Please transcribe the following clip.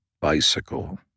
bicycle